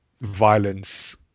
violence